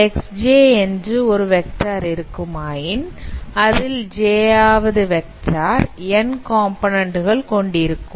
Xj என்று ஒரு vector இருக்குமாயின் அதில் j ஆவது வெக்டார் n காம்போநன்ண்ட்கள் கொண்டிருக்கும்